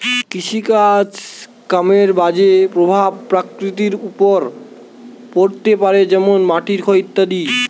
কৃষিকাজ কামের বাজে প্রভাব প্রকৃতির ওপর পড়তে পারে যেমন মাটির ক্ষয় ইত্যাদি